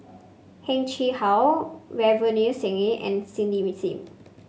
Heng Chee How Ravinder Singh and Cindy with Sim